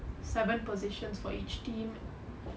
seven positions for each team